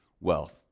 wealth